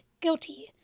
guilty